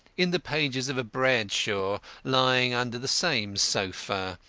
in the pages of a bradshaw lying under the same sofa.